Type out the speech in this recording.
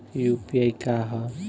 UPI का ह?